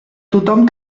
tothom